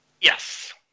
Yes